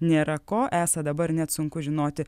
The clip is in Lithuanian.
nėra ko esą dabar net sunku žinoti